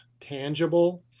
tangible